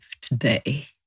today